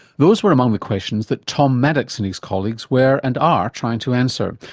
those were among the questions that tom maddox and his colleagues were, and are, trying to answer.